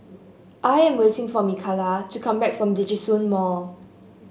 I am waiting for Mikalah to come back from Djitsun Mall